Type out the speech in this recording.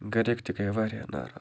گَرِکۍ تہِ گٔے وارِیاہ ناراض